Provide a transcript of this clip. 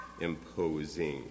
imposing